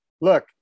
look